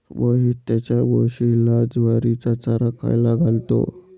महेश त्याच्या म्हशीला ज्वारीचा चारा खायला घालतो